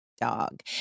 dog